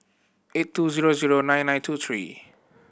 eight two zero zero nine nine two three